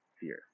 fear